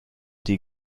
die